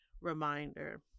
reminder